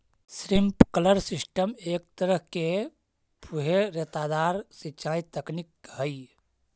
sprinkler system एक तरह के फुहारेदार सिंचाई तकनीक हइ